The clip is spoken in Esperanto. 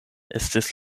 estis